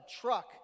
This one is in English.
truck